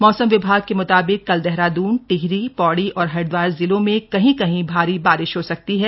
मौसम विभाग के मुताबिक कल देहरादून टिहरी पौड़ी और हरिद्वार जिलों में कहीं कहीं भारी बारिश हो सकती है